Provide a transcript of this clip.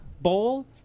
Bowl